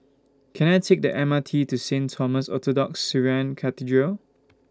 Can I Take The M R T to Saint Thomas Orthodox Syrian Cathedral